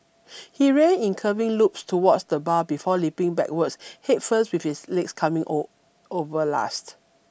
he ran in curving loop towards the bar before leaping backwards head first with his legs coming O over last